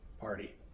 Party